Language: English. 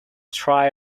try